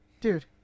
dude